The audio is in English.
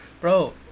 Bro